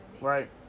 Right